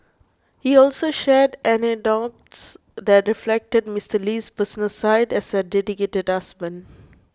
he also shared anecdotes that reflected Mister Lee's personal side as a dedicated husband